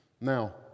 Now